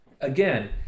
again